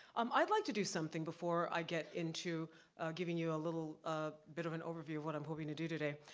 um i'd like to do something before i get into giving you a little bit of an overview of what i'm hoping to do today.